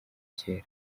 kera